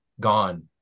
gone